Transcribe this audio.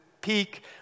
peak